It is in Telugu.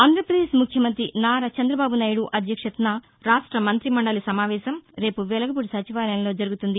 ఆంధ్రాపదేశ్ ముఖ్యమంత్రి నారా చంద్రబాబు నాయుడు అధ్యక్షతన రాష్ట మంత్రి మండలి సమావేశం రేపు వెలగపూడి సచివాలయంలో జరుగుతుంది